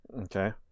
Okay